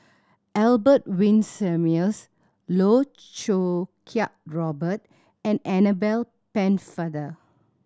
Albert Winsemius Loh Choo Kiat Robert and Annabel Pennefather